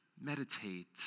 meditate